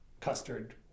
custard